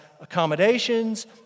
accommodations